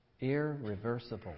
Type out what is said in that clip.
irreversible